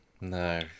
no